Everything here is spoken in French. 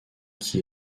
qui